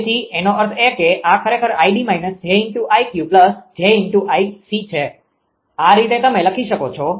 તેથી એનો અર્થ એ કે આ ખરેખર 𝐼𝑑−𝑗𝐼𝑞 𝑗𝐼𝑐 છે આ રીતે તમે લખી શકો છો